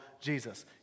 Jesus